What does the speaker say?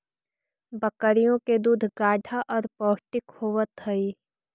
बकरियों के दूध गाढ़ा और पौष्टिक होवत हई